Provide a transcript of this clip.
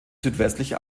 südwestliche